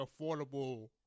affordable